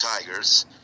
Tigers